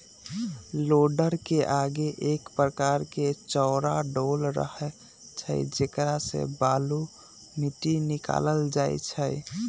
लोडरके आगे एक प्रकार के चौरा डोल रहै छइ जेकरा से बालू, माटि निकालल जाइ छइ